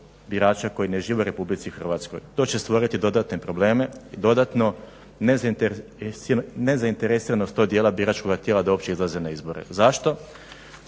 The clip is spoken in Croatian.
birača koja ne žive u RH. to će stvoriti dodatne probleme i dodatno nezainteresiranost tog dijela biračkog tijela da uopće izlaze na izbore. Zašto?